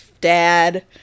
dad